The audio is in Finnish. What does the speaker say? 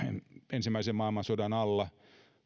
ensimmäisen maailmansodan alla